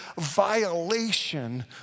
violation